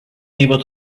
able